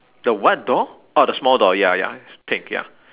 the what door orh the small door ya ya it's pink ya